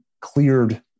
cleared